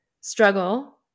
struggle